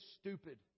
stupid